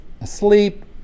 asleep